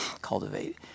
cultivate